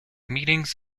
meetings